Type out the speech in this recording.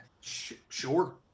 Sure